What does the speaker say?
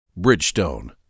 Bridgestone